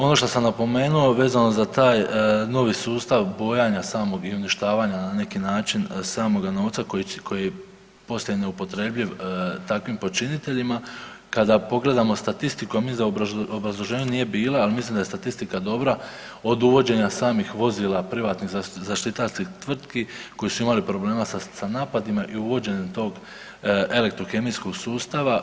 Ono što sam napomenuo vezano za taj novi sustav bojanja samog i uništavanja na neki način samoga novca koji je poslije neupotrebljiv takvim počiniteljima, kada pogledamo statistiku mislim da u obrazloženju nije bila, ali mislim da je statistika dobra od uvođenja samih vozila privatnih zaštitarskih tvrtki koje su imale problema sa napadima i uvođenje tog elektrokemijskog sustava.